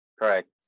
correct